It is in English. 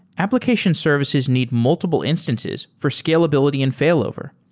application services need multiple instances for scalability and failover.